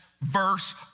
verse